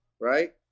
right